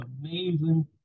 amazing